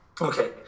Okay